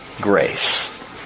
grace